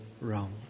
wrong